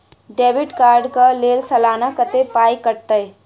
Debit card कऽ लेल सलाना कत्तेक पाई कटतै?